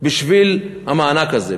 בשביל המענק הזה,